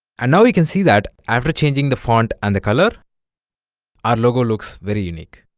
and now you can see that after changing the font and the color our logo looks very unique